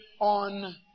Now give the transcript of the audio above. on